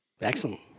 Excellent